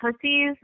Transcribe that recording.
pussies